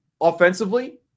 offensively